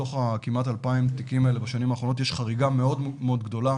מתוך כמעט ה-2,000 התיקים האלה יש חריגה מאוד מאוד גדולה